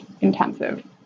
intensive